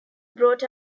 brought